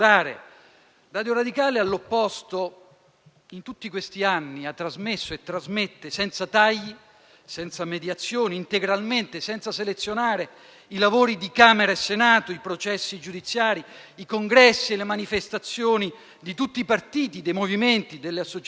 Radio Radicale ha trasmesso e trasmette senza tagli, senza mediazioni, integralmente, senza selezionare i lavori di Camera e Senato, i processi giudiziari, i congressi e le manifestazioni di tutti i partiti, dei movimenti, delle associazioni